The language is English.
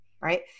right